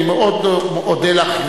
מאוד אודה לך,